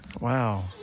Wow